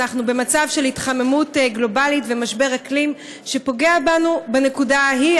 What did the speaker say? אנחנו במצב של התחממות גלובלית ומשבר אקלים שפוגע בנו בנקודה ההיא,